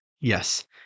Yes